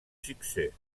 succès